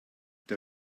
der